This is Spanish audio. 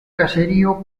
caserío